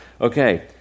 Okay